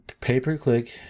pay-per-click